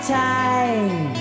time